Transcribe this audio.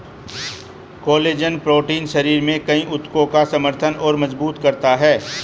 collagen protein शरीर में कई ऊतकों का समर्थन और मजबूत करता है